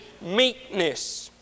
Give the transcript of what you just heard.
meekness